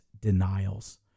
denials